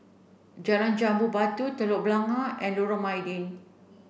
Jalan Jambu Batu Telok Blangah and Lorong Mydin